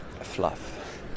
fluff